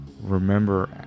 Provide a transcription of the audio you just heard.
remember